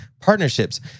partnerships